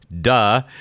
duh